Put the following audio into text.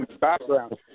background